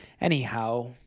Anyhow